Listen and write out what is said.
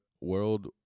world